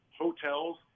hotels